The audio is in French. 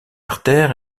artère